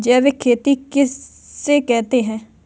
जैविक खेती किसे कहते हैं?